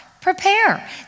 Prepare